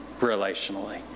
relationally